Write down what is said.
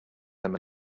them